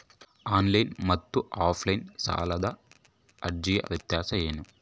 Online ಮತ್ತು offline ಸಾಲದ ಅರ್ಜಿಯ ವ್ಯತ್ಯಾಸ ಏನು?